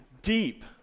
Deep